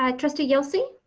um trustee yelsey.